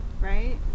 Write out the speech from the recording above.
right